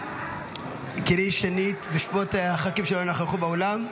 קראי שנית בשמות הח"כים שלא נכחו באולם.